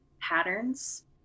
patterns